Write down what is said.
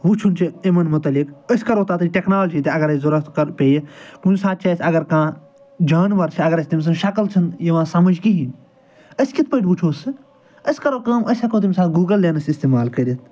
وٕچھُن چھُ یِمن مُتعلِق أسۍ کرو تَتٮ۪ن ٹیٚکنالجی تہِ اگر اَسہِ ضوٚرتھ پیٚیہِ کُنہِ ساتہٕ چھِ اَسہِ اگر کانٛہہ جانوَر چھِ اگر اَسہِ تٔمۍ سٕنٛز شکل چھِنہٕ یِوان سمجھ کِہیٖنۍ أسۍ کِتھ پٲٹھۍ وٕچھو سُہ أسۍ کرو کٲم أسۍ ہٮ۪کو تَمہِ ساتہٕ گوٗگل لیٚنس اِستعمال کٔرِتھ